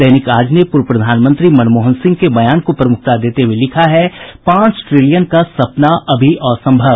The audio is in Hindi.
दैनिक आज ने पूर्व प्रधानमंत्री मनमोहन सिंह के बयान को प्रमुखता देते हुये लिखा है पांच ट्रिलियन का सपना अभी असंभव